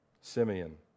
Simeon